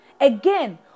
Again